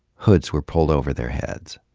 hoods were pulled over their heads.